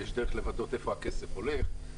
ויש דרך לוודא לאן הכסף הולך.